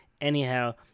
anyhow